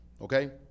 Okay